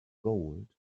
gold